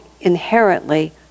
inherently